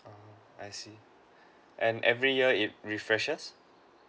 I see and every year it refreshers